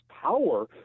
power